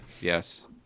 Yes